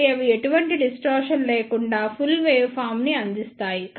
కాబట్టి అవి ఎటువంటి డిస్టార్షన్ లేకుండా ఫుల్ వేవ్ ఫార్మ్ ని అందిస్తాయి